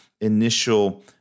initial